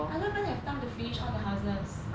I don't even have time to finish all the houses